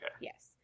Yes